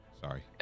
Sorry